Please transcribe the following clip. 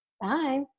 Bye